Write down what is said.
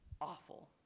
awful